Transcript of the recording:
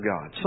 God